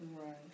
Right